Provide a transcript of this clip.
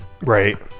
Right